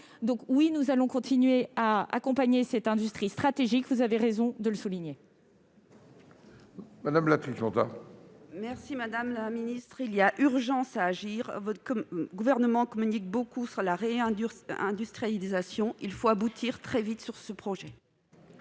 sénatrice, nous allons continuer à accompagner cette industrie, qui, vous avez raison de le souligner,